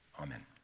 Amen